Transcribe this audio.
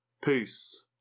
Peace